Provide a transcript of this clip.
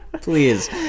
please